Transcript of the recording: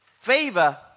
Favor